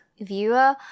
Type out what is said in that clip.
viewer